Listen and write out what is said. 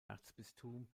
erzbistum